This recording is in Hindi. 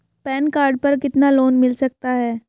पैन कार्ड पर कितना लोन मिल सकता है?